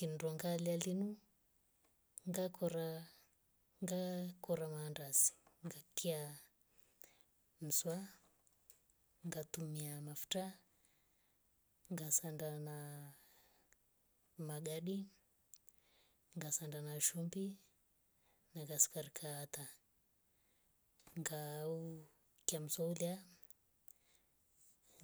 Kindwanga liya limu ngakora ngakora maandazi ngatya mswa ngatumya maftwa ngsana na magadi. ngesanda na shumbi naaka na sukari kaata. ngaukemsolya